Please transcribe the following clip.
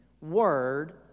Word